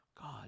God